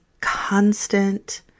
constant